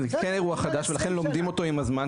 זה כן אירוע חדש ולכן לומדים אותו עם הזמן,